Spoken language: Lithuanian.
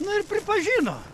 nu ir pripažino